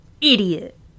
idiot